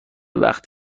وخت